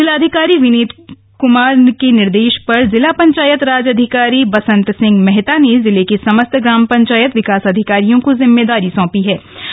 जिलाधिकारी विनीत कमार के निर्देश पर जिला पंचायत राज अधिकारी बसंत सिंह मेहता ने जिले के समस्त ग्राम पंचायत विकास अधिकरियों को जिम्मेदारी सौपी गयी है